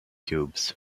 cubes